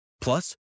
Plus